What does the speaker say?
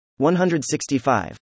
165